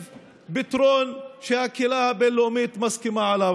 פתרון שהקהילה הבין-לאומית מסכימה עליו.